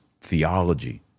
theology